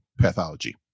pathology